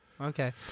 okay